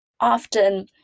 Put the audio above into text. Often